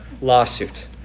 lawsuit